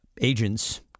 agents